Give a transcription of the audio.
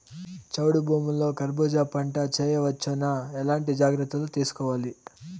చౌడు భూముల్లో కర్బూజ పంట వేయవచ్చు నా? ఎట్లాంటి జాగ్రత్తలు తీసుకోవాలి?